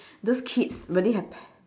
those kids really have